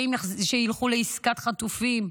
שאם ילכו לעסקת חטופים,